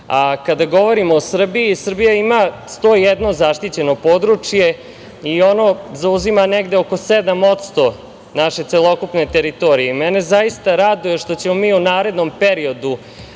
Kada govorimo o Srbiji, Srbija ima 101 zaštićeno područje i ono zauzima negde oko 7% naše celokupne teritorije. Mene zaista raduje što ćemo mi u narednom periodu